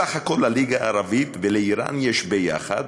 בסך הכול לליגה הערבית ולאיראן יש ביחד,